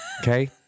okay